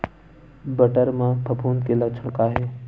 बटर म फफूंद के लक्षण का हे?